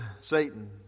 satan